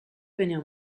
venir